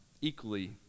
Equally